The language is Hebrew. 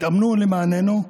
התאמנו למעננו,